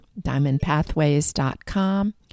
diamondpathways.com